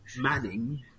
manning